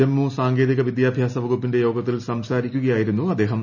ജമ്മു സാങ്കേതിക വിദ്യാഭ്യാസ വകുപ്പിന്റെ യോഗത്തിൽ സംസാരിക്കുകയായിരുന്നു അദ്ദേഹം